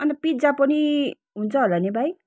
अनि पिज्जा पनि हुन्छ होला नि भाइ